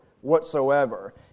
whatsoever